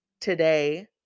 today